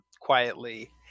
quietly